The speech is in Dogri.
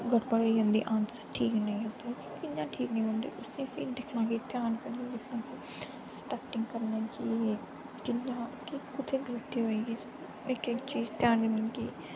गड़बड़ होई जंदी ऑन्सर ठीक नेईं आंदा कि'यां ठीक नेईं औंदे उसी स्हेई दिक्खना ध्यान कन्नै उसी परती करना कि कि'यां कु'त्थें गलती होई गेई साढ़े ते केह्ड़ी चीज़ ध्यान कन्नै नेईं कीती